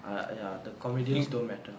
ah ya the comedians don't matter